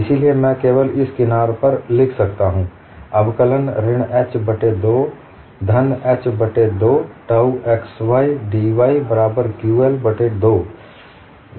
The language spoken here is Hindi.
इसलिए मैं केवल इस किनार पर लिख सकता हूं अवकलन ऋण h बट्टे 2 धन h बट्टे 2 टाउ xydy बराबर qL बट्टे 2